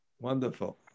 Wonderful